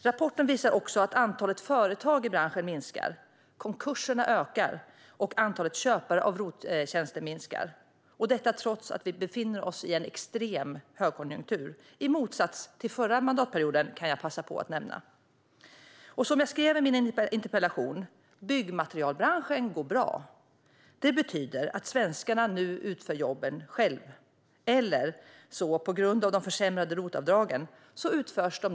Rapporten visar också att antalet företag i branschen minskar, att konkurserna ökar och att antalet köpare av ROT-tjänster minskar - detta trots att vi, i motsats till förra mandatperioden, befinner oss i en extrem högkonjunktur. Som jag skrev i min interpellation går dock byggmaterialbranschen bra. Det betyder att svenskarna nu utför jobben själva, eller så utförs de svart på grund av de försämrade ROT-avdragen.